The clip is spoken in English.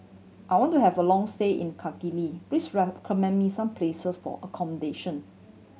I want to have a long stay in Kigali please recommend me some places for accommodation